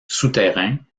souterrain